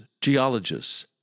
geologists